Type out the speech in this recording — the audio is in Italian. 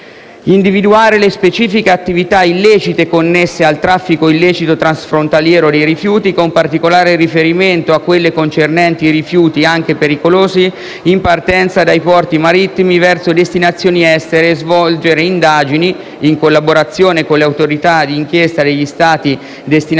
individuare le specifiche attività illecite connesse al traffico illecito transfrontaliero dei rifiuti, con particolare riferimento a quelle concernenti i rifiuti, anche pericolosi, in partenza dai porti marittimi verso destinazioni estere; svolgere indagini, in collaborazione con le autorità di inchiesta degli Stati destinatari